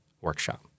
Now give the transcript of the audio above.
workshop